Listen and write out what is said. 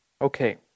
Okay